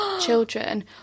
children